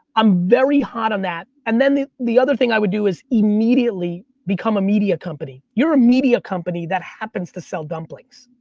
i'm very hot on that. and then the the other thing i would do is immediately become a media company. you're immediate company that happens to sell dumplings.